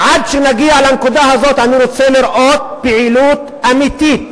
עד שנגיע לנקודה הזאת אני רוצה לראות פעילות אמיתית,